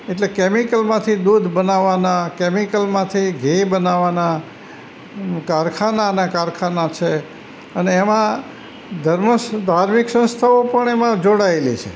એટલે કેમિકલમાંથી દૂધ બનાવવાનાં કેમિકલમાંથી ઘી બનાવવાનાં કારખાનાના કારખાના છે અને એમાં ધાર્મિક સંસ્થાઓ પણ એમાં જોડાયેલી છે